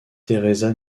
teresa